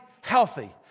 healthy